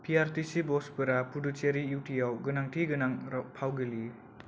PRTC बसफोरा पुडुचेरी इउटिआव गोनांथि गोनां फाव गेलेयो